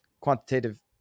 quantitative